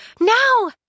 now